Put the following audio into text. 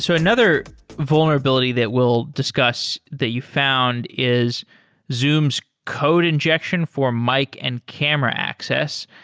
so another vulnerability that we'll discuss that you found is zoom's code injection for mic and camera access.